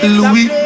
Louis